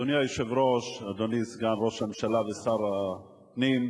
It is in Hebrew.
אדוני היושב-ראש, אדוני סגן ראש הממשלה ושר הפנים,